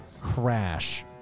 crash